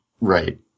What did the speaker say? Right